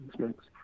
Thanks